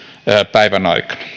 päivän aikana